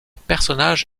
personnage